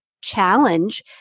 challenge